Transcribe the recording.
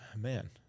man